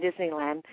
Disneyland